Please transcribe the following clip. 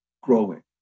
growing